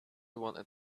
wanted